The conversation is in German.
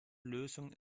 lösung